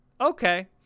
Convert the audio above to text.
okay